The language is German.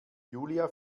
julia